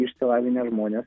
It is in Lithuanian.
išsilavinę žmonės